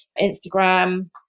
Instagram